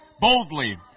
boldly